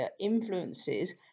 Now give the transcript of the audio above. influences